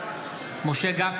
(קורא בשמות חברי הכנסת) משה אבוטבול,